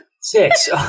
Six